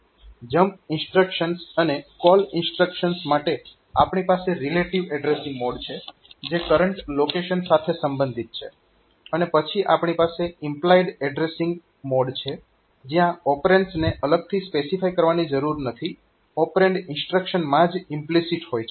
jump instructions અને call instructions માટે આપણી પાસે રિલેટીવ એડ્રેસીંગ મોડ છે જે કરંટ લોકેશન સાથે સંબંધિત છે અને પછી આપણી પાસે ઈમ્પલાઇડ એડ્રેસીંગ મોડ છે જયાં ઓપરેન્ડ્સને અલગથી સ્પેસિફાય કરવાની જરૂર નથી ઓપરેન્ડ ઇન્સ્ટ્રક્શનમાં જ ઈમ્પ્લીસીટ હોય છે